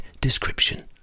description